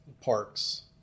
parks